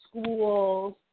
schools